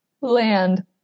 Land